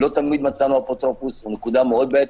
לא תמיד מצאנו אפוטרופוס נקודה מאוד בעייתית.